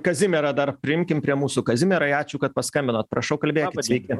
kazimierą dar priimkim prie mūsų kazimierai ačiū kad paskambinot prašau kalbėkit sveiki